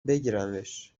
بگیرمش